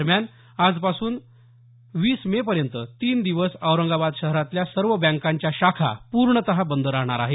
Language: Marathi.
दरम्यान आजपासून वीस मे पर्यंत तीन दिवस औरंगाबाद शहरातल्या सर्व बँकांच्या शाखा पूर्णत बंद राहणार आहेत